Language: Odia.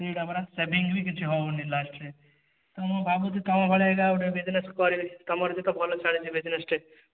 ସେଇଟା ପରା ସେଭିଙ୍ଗ ବି କିଛି ହେଉନି ଲାଷ୍ଟରେ ତ ମୁଁ ଭାବୁଛି ତମ ଭଳିଆ ଏଇଟା ଗୋଟେ ବିଜ୍ନେସ କରିବି ତମର ବି ତ ଭଲ ଚାଲିଛି ବିଜ୍ନେସଟେ